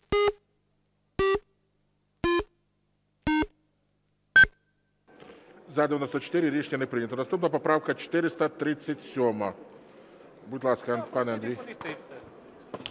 За-94 Рішення не прийнято. Наступна поправка 437. Будь ласка, пане Андрій.